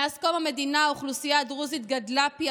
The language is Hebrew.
מאז קום המדינה האוכלוסייה הדרוזית גדלה פי